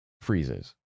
freezes